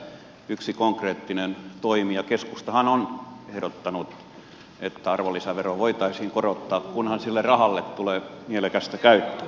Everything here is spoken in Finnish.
tässä yksi konkreettinen toimi ja keskustahan on ehdottanut että arvonlisäveroa voitaisiin korottaa kunhan sille rahalle tulee mielekästä käyttöä